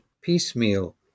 piecemeal